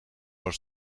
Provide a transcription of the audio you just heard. was